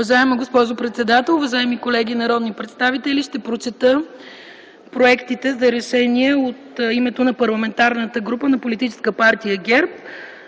Уважаема госпожо председател, уважаеми колеги народни представители! Ще прочета проектите за решения от името на Парламентарната група на политическа партия ГЕРБ